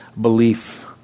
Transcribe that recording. belief